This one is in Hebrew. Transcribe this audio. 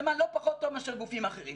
לא פחות טוב מאשר גופים אחרים.